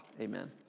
amen